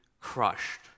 crushed